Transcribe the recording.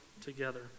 together